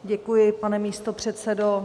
Děkuji, pane místopředsedo.